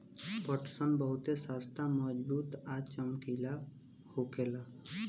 पटसन बहुते सस्ता मजबूत आ चमकीला होखेला